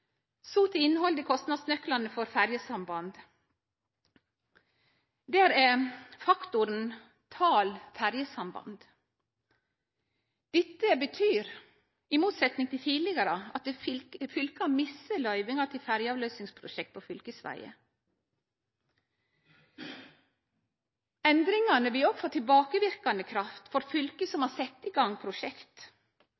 Så til innhaldet i kostnadsnøklane for ferjesamband. Der er faktoren talet på ferjesamband. Dette betyr at fylka, i motsetning til tidlegare, mistar løyvinga til ferjeavløysingsprosjekt på fylkesvegar. Endringane vil òg få tilbakeverkande kraft for fylke som